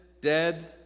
dead